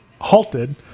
halted